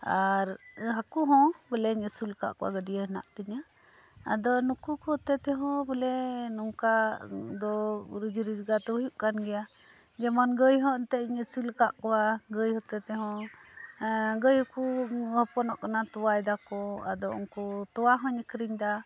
ᱟᱨ ᱦᱟᱹᱠᱩ ᱦᱚᱸ ᱵᱚᱞᱮᱧ ᱟᱹᱥᱩᱞ ᱟᱠᱟᱫ ᱠᱚᱣᱟ ᱜᱟᱹᱰᱭᱟᱹ ᱦᱮᱱᱟᱜ ᱛᱤᱧᱟᱹ ᱟᱫᱚ ᱱᱩᱠᱩ ᱠᱚᱛᱮ ᱛᱮᱦᱚᱸ ᱵᱚᱞᱮ ᱱᱚᱝᱠᱟ ᱫᱚ ᱨᱩᱡᱤ ᱨᱚᱡᱜᱟᱨ ᱫᱚ ᱦᱩᱭᱩᱜ ᱠᱟᱱ ᱜᱮᱭᱟ ᱡᱮᱢᱚᱱ ᱜᱟᱹᱭ ᱦᱚᱸ ᱮᱱᱛᱮ ᱟᱹᱥᱩᱞ ᱟᱠᱟᱫ ᱠᱚᱣᱟ ᱜᱟᱹᱭ ᱦᱚᱛᱮ ᱛᱮᱦᱚᱸ ᱜᱟᱹᱭ ᱠᱚ ᱦᱚᱯᱚᱱᱚᱜ ᱠᱟᱱᱟ ᱛᱳᱣᱟ ᱮᱫᱟ ᱠᱚ ᱟᱫᱚ ᱛᱳᱭᱟ ᱦᱚᱸᱧ ᱟᱹᱠᱷᱟᱹᱨᱤᱧ ᱮᱫᱟ